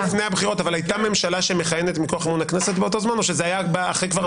אבל הייתה ממשלה שמכהנת מכוח אמון הכנסת באותו זמן או שזה היה אחרי?